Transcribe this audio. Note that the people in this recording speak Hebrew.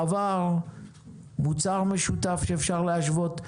מוצר משותף שאפשר להשוות.